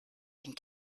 and